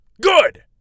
Good